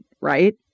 right